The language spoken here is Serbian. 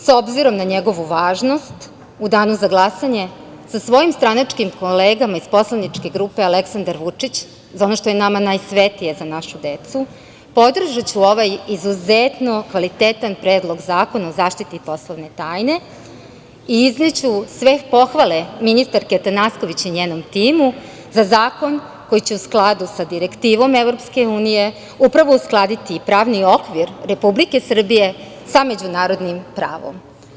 S obzirom na njegovu važnost, u danu za glasanje sa svojim stranačkim kolegama iz poslaničke grupe Aleksandar Vučić, ono što je nama najsvetije, Za našu decu, podržaću ovaj izuzetno kvalitetan Predlog zakona o zaštiti poslovne tajne i izneću sve pohvale ministarki Atanasković i njenom timu za zakon koji će u skladu sa direktivom EU upravo uskladiti pravni okvir Republike Srbije sa međunarodnim pravom.